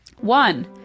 One